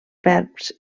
verbs